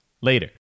Later